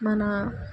మన